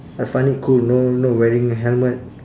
I find it cool know not wearing helmet